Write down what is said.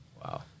Wow